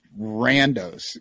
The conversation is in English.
randos